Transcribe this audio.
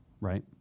right